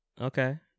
okay